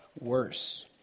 worse